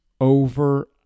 over